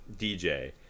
DJ